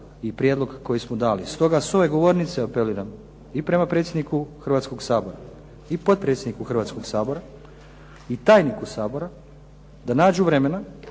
i prijedlog koji smo dali. Stoga s ove govornice apeliram i prema predsjedniku Hrvatskog sabora i potpredsjedniku Hrvatskog sabora, i tajniku Sabora da nađu vremena